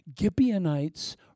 Gibeonites